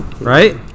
Right